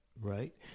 Right